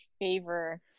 Favor